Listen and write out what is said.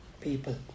people